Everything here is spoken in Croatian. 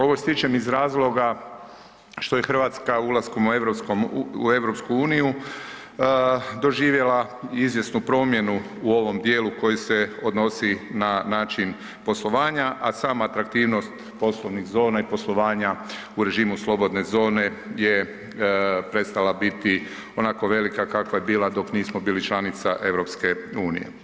Ovo ističem iz razloga što je RH ulaskom u EU doživjela izvjesnu promjenu u ovom dijelu koji se odnosi na način poslovanja, a sama atraktivnost poslovnih zona i poslovanja u režimu slobodne zone je prestala biti onako velika kakva je bila dok nismo bili članica EU.